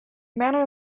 manor